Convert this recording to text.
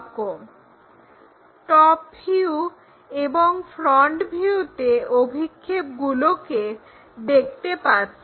front view এবং টপভিউতে অভিক্ষেপগুলোকে দেখতে পাচ্ছি